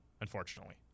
unfortunately